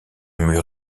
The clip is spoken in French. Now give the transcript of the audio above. mur